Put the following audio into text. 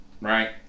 Right